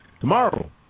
Tomorrow